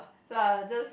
so I just